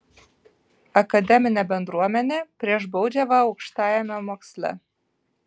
akademinė bendruomenė prieš baudžiavą aukštajame moksle